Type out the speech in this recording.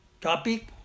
topic